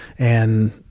and,